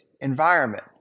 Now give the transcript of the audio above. environment